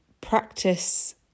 practice